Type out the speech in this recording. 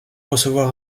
recevoir